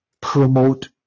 promote